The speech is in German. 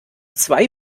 zwei